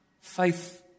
faith